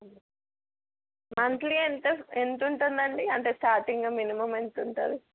monthly ఎంత ఎంత ఉంటుంది అండి అంటే స్టార్టింగ్ మినిమం ఎంత ఉంటుంది